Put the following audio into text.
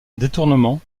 détournement